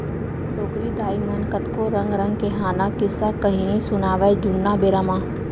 डोकरी दाइ मन कतको रंग रंग के हाना, किस्सा, कहिनी सुनावयँ जुन्ना बेरा म